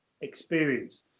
experience